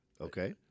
Okay